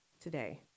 today